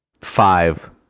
Five